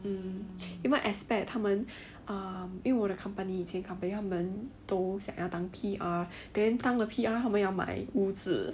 um 有没有 expect 他们 um 因为我的 company 以前 company 他们都想要当 P_R then 当了 P_R 后要买屋子